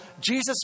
Jesus